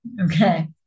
Okay